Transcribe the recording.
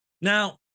Now